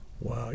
wow